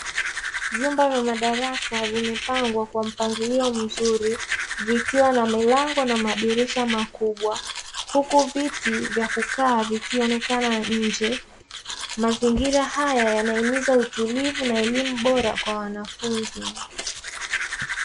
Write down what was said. Vyumba vya madarasa vimepangwa kwa mpangilio mzuri vikiwa na milango na madirisha makubwa huku viti vya kukaa vikionekana, nje mazingira haya yanahimiza utulivu na elimu bora kwa wanafunzi.